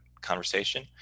conversation